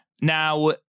Now